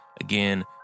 Again